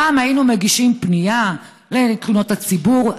פעם היינו מגישים פנייה לתלונות הציבור,